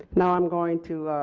now i am going to